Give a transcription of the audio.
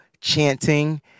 chanting